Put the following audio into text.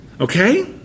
Okay